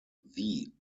wie